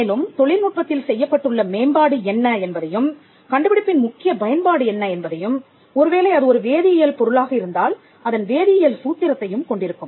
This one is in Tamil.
மேலும் தொழில்நுட்பத்தில் செய்யப்பட்டுள்ள மேம்பாடு என்ன என்பதையும் கண்டுபிடிப்பின் முக்கிய பயன்பாடு என்ன என்பதையும் ஒருவேளை அது ஒரு வேதியியல் பொருளாக இருந்தால் அதன் வேதியல் சூத்திரத்தையும் கொண்டிருக்கும்